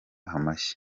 amashyi